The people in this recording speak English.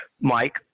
Mike